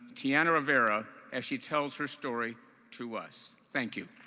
tianna rivera, as she tells her story to us. thank you.